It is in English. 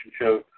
show